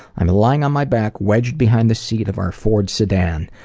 i'm lying on my back, wedged behind the seat of our ford sedan.